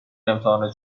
امتحانات